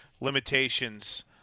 Limitations